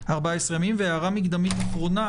הערה מקדמית אחרונה.